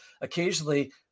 occasionally